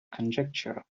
conjecture